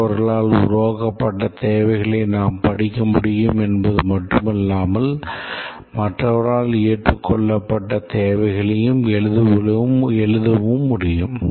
மற்றவர்களால் உருவாக்கப்பட்ட தேவைகளை நாம் படிக்க முடியும் என்பது மட்டுமல்லாமல் மற்றவர்களால் ஏற்றுக்கொள்ளப்பட்ட தேவைகளையும் எழுதவும் முடியும்